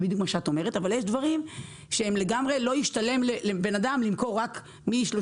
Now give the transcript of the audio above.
אבל יש דברים שאם לא ישתלם לבן-אדם למכור רק מ-36